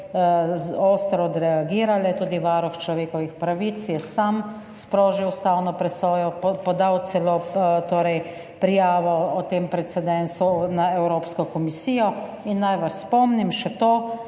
ostro odreagirale, tudi varuh človekovih pravic je sam sprožil ustavno presojo, podal celo prijavo o tem precedensu na Evropsko komisijo. Naj vas spomnim še to,